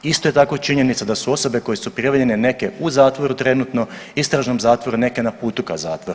Isto je tako činjenica, da su osobe koje su prijavljene neke u zatvoru trenutno, istražnom zatvoru, neke na putu ka zatvoru.